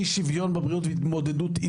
אי שוויון בבריאות והתמודדות.